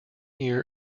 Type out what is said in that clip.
year